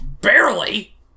Barely